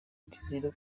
ndizera